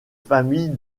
famille